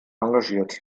engagiert